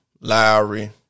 Lowry